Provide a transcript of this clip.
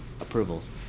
approvals